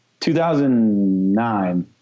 2009